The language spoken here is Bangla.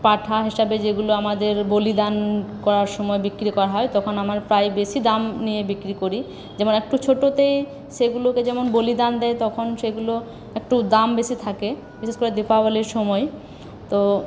পাঠা হিসাবে যেগুলো আমাদের বলিদান করার সময় বিক্রি করা হয় তখন আমার প্রায় বেশি দাম নিয়ে বিক্রি করি যেমন একটু ছোটোতে সেগুলোকে যেমন বলিদান দেয় তখন সেগুলো একটু দাম বেশি থাকে বিশেষ করে দীপাবলির সময় তো